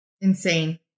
Insane